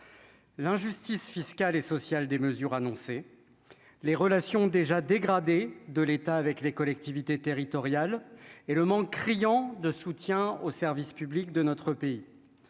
l'injustice fiscale et sociale des mesures annoncées, les relations déjà dégradée de l'état avec les collectivités territoriales et le manque criant de soutien aux services publics de notre pays